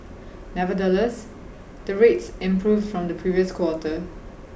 nevertheless the rates improved from the previous quarter